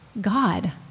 God